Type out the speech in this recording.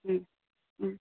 ओं ओं